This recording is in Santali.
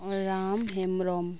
ᱨᱟᱢ ᱦᱮᱢᱵᱨᱚᱢ